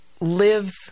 live